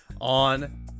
on